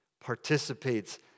participates